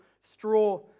straw